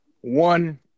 one